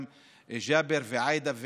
גם ג'אבר ועאידה,